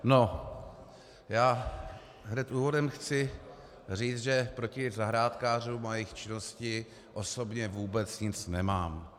No, já hned úvodem chci říci, že proti zahrádkářům a jejich činnosti osobně vůbec nic nemám.